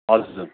हजुर